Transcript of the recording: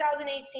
2018